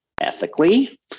ethically